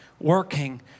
working